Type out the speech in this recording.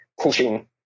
pushing